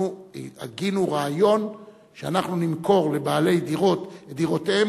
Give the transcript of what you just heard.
אנחנו הגינו רעיון שאנחנו נמכור לבעלי דירות את דירותיהם,